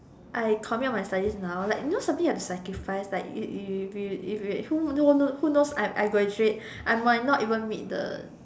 I commit on my studies now like you know something you have to sacrifice like you you you if you who who knows if I graduate I might not even meet the